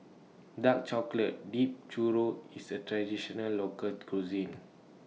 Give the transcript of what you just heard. Dark Chocolate Dipped Churro IS A Traditional Local Cuisine